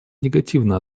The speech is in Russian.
негативно